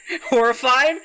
horrified